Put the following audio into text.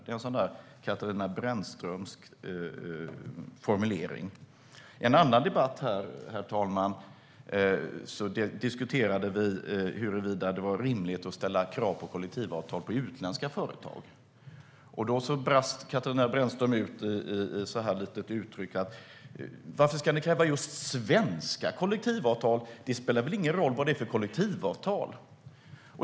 Det är en sådan där Katarina Brännströmsk formulering. Herr talman! I en annan debatt här diskuterade vi huruvida det var rimligt att ställa krav på kollektivavtal för utländska företag. Då brast Katarina Brännström ut i uttrycket: Varför ska ni kräva just svenska kollektivavtal? Det spelar väl ingen roll vad det är för kollektivavtal!